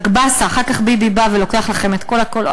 רק באסה, אחר כך ביבי בא ולוקח לכם את כל הקולות.